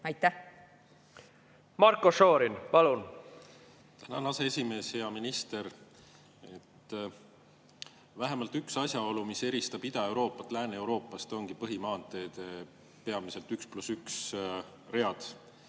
palun! Marko Šorin, palun! Tänan, aseesimees! Hea minister! Vähemalt üks asjaolu, mis eristab Ida-Euroopat Lääne-Euroopast, ongi põhimaanteede peamiselt 1 + 1 read.